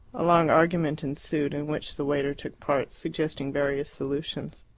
a long argument ensued, in which the waiter took part, suggesting various solutions.